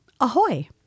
Ahoy